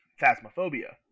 phasmophobia